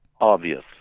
obvious